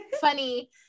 funny